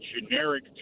generic